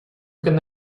can